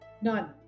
None